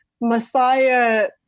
messiah